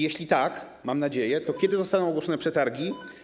Jeśli tak, mam nadzieję, to kiedy zostaną ogłoszone przetargi?